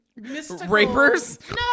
Rapers